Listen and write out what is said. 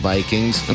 Vikings